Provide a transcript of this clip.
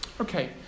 Okay